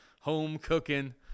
home-cooking